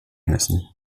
müssen